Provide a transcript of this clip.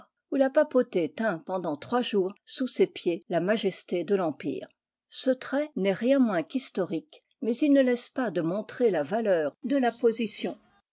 où la papauté tint pendant trois jours sous ses pieds la majesté de l'empire ce trait n'est rien moins qu'historique mais il ne laisse pas de montrer la valeur de la position